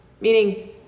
Meaning